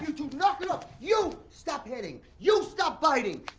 knock it off! you, stop hitting! you, stop biting.